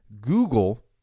Google